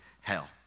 hell